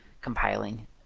compiling